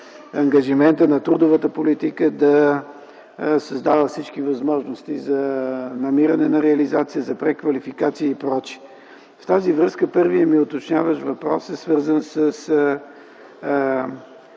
на трудовата политика да създава всички възможности за намиране на реализация, за преквалификация и пр. В тази връзка първият ми уточняващ въпрос е свързан с